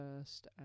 first